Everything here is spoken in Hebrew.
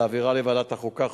ולהעבירה לוועדת החוקה,